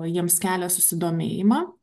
jiems kelia susidomėjimą